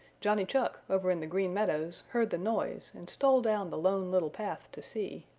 johnny chuck, over in the green meadows, heard the noise and stole down the lone little path to see.